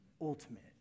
ultimate